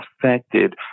affected